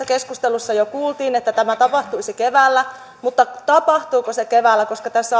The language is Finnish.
keskustelussa jo kuultiin että tämä tapahtuisi keväällä mutta tapahtuuko se keväällä koska tässä